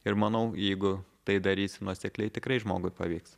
ir manau jeigu tai darysi nuosekliai tikrai žmogui pavyks